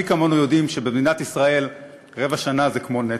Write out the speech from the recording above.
מי כמונו יודעים שבמדינת ישראל רבע שנה זה כמו נצח.